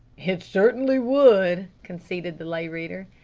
it certainly would, conceded the lay reader.